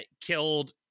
killed